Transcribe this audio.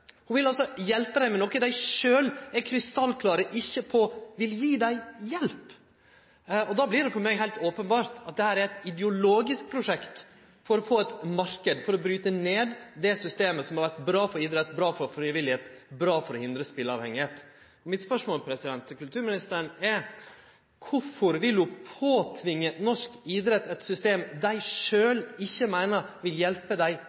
vil altså hjelpe dei med noko dei sjølve er krystallklare på ikkje vil gje dei hjelp. Då vert det for meg heilt openbert at dette er eit ideologisk prosjekt for å få ein marknad, for å bryte ned det systemet som har vore bra for idrett, bra for frivillig arbeid, bra for å hindre at ein blir avhengig av å spele. Mitt spørsmål til kulturministeren er: Korfor vil ho tvinge på norsk idrett eit system dei sjølve ikkje meiner vil hjelpe dei